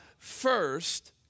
first